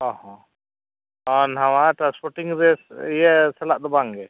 ᱦᱮᱸ ᱦᱮᱸ ᱦᱮᱸ ᱱᱚᱣᱟ ᱴᱨᱟᱥᱯᱳᱨᱴᱤᱝ ᱨᱮ ᱤᱭᱟᱹ ᱥᱟᱞᱟᱜ ᱫᱚ ᱵᱟᱝ ᱜᱮ